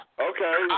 Okay